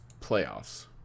playoffs